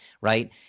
Right